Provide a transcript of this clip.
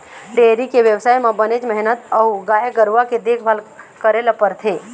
dairy के बेवसाय म बनेच मेहनत अउ गाय गरूवा के देखभाल करे ल परथे